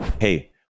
hey